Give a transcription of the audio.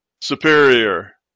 superior